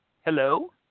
Hello